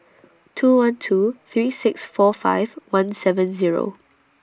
two one two three six four five one seven Zero